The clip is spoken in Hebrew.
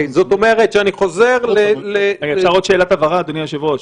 אפשר שאלת הבהרה, אדוני היושב-ראש?